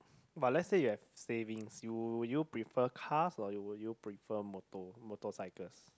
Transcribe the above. but let says you have savings you would you prefer cars or would you prefer motor motorcycles